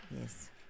Yes